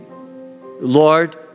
Lord